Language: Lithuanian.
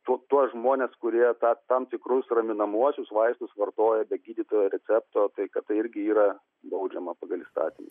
tu tuos žmones kurie tą tam tikrus raminamuosius vaistus vartoja be gydytojo recepto tai kad tai irgi yra baudžiama pagal įstatymą